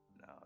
No